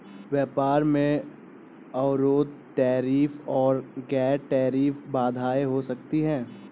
व्यापार में अवरोध टैरिफ और गैर टैरिफ बाधाएं हो सकती हैं